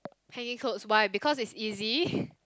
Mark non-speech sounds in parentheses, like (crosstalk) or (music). hanging clothes why because it's easy (breath)